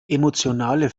emotionale